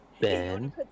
Ben